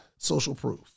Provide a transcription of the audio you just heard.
socialproof